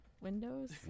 Windows